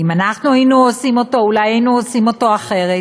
אם אנחנו היינו עושים אותו אולי היינו עושים אותו אחרת,